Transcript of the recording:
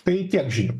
tai tiek žinių